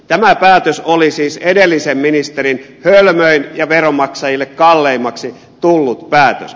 tämä päätös oli siis edellisen ministerin hölmöin ja veronmaksajille kalleimmaksi tullut päätös